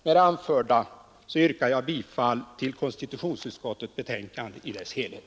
Med det anförda yrkar jag bifall till konstitutionsutskottets hemställan i dess helhet.